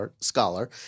scholar